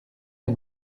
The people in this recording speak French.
les